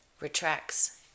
retracts